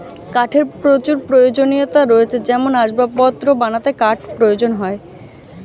কাঠের প্রচুর প্রয়োজনীয়তা রয়েছে যেমন আসবাবপত্র বানাতে কাঠ প্রয়োজন হয়